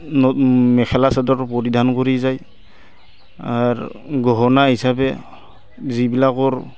মেখেলা চাদৰ পৰিধান কৰি যায় আৰু গহনা হিচাপে যিবিলাকৰ